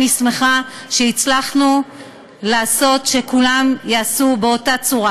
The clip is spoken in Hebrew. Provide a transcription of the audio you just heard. אני שמחה שהצלחנו לעשות שכולם יעשו באותה צורה,